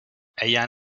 ayant